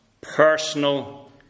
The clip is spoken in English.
personal